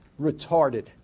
retarded